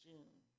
June